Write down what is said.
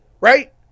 right